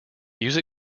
use